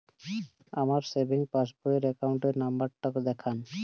আমার সেভিংস পাসবই র অ্যাকাউন্ট নাম্বার টা দেখান?